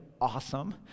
awesome